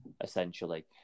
essentially